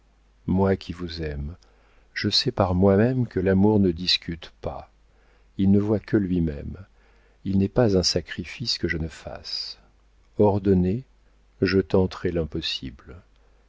moi qui vous aime je sais par moi-même que l'amour ne discute pas il ne voit que lui-même il n'est pas un sacrifice que je ne fasse ordonnez je tenterai l'impossible